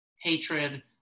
Hatred